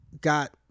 got